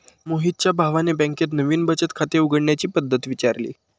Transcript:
मोहितच्या भावाने बँकेत नवीन बचत खाते उघडण्याची पद्धत विचारली